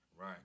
Right